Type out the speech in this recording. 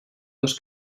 dos